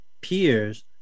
peers